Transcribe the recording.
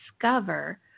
discover